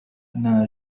إننا